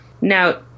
now